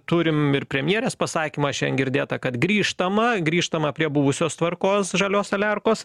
turim ir premjerės pasakymą šiandien girdėtą kad grįžtama grįžtama prie buvusios tvarkos žalios saliarkos